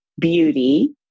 Beauty